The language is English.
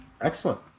Excellent